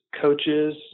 coaches